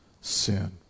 sin